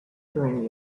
during